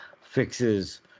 fixes